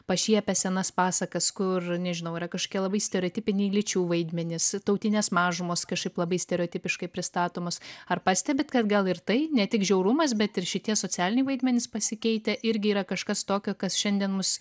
pašiepia senas pasakas kur nežinau yra kažkokie labai stereotipiniai lyčių vaidmenys tautinės mažumos kažkaip labai stereotipiškai pristatomos ar pastebit kad gal ir tai ne tik žiaurumas bet ir šitie socialiniai vaidmenys pasikeitė irgi yra kažkas tokio kas šiandien mus